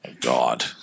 God